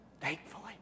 Thankfully